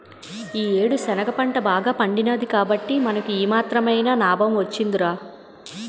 ఈ యేడు శనగ పంట బాగా పండినాది కాబట్టే మనకి ఈ మాత్రమైన నాబం వొచ్చిందిరా